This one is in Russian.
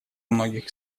многих